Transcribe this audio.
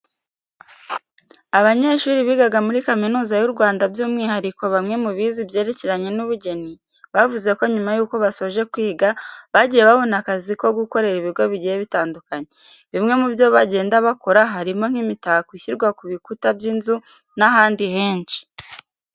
Abanyeshuri bigaga muri Kaminuza y'u Rwanda byumwihariko bamwe mu bize ibyerekeranye n'ubugeni, bavuze ko nyuma yuko basoje kwiga bagiye babona akazi ko gukorera ibigo bigiye bitandukanye. Bimwe mu byo bagenda bakora harimo nk'imitako ishyirwa ku bikuta by'inzu n'ahandi henshi.